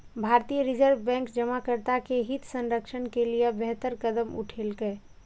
भारतीय reserve bank जमाकर्ता के हित संरक्षण के लिए बेहतर कदम उठेलकै